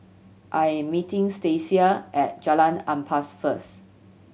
I am meeting Stacia at Jalan Ampas first